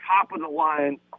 top-of-the-line